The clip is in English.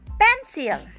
pencil